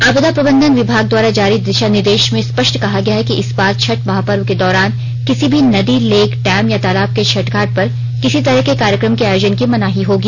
आपदा प्रबंधन विभाग द्वारा जारी दिशा निर्देश स्पष्ट कहा गया है कि इस बार छठ महापर्व के दौरान किसी भी नदी लेक डैम या तालाब के छठ घाट पर किसी तरह के कार्यक्रम के आयोजन की मनाही होगी